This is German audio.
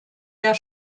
der